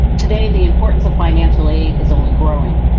today the importance of financial aid is only growing,